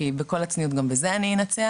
כי עם כל הצניעות גם בזה אני אנצח,